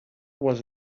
was